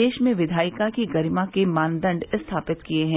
देश में विधायिका की गरिमा के मानदंड स्थापित किये हैं